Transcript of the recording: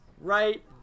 Right